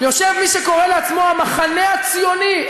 יושב מי שקורא לעצמו המחנה הציוני,